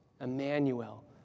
Emmanuel